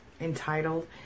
entitled